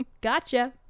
Gotcha